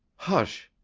hush!